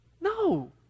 no